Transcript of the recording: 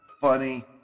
funny